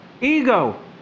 Ego